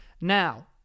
Now